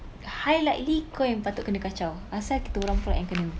high likely kau yang patut kena kacau asal kita orang pula yang kena